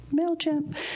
MailChimp